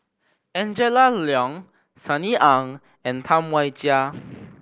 Angela Liong Sunny Ang and Tam Wai Jia